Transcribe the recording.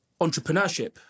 entrepreneurship